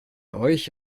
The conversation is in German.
euch